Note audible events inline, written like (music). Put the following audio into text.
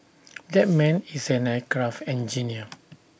(noise) that man is an aircraft engineer (noise)